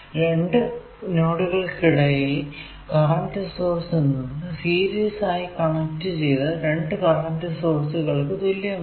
രണ്ടു നോഡുകൾക്കിടയിലെ current source എന്നത് സീരീസ് ആയി കണക്ട് ചെയ്ത 2 കറന്റ് സോഴ്സുകൾക്കു തുല്യമാണ്